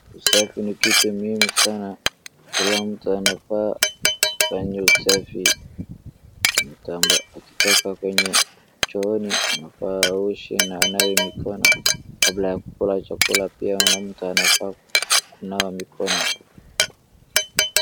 Usafi ni kitu muhimu sana kila mtu anafaa afanye usafi. Mtu akitoka kwenye chooni anafaa aoshe na anawe mikono, kabla ya kula chakula mtu anafaa kunawa mikono.